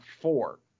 four